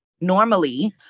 normally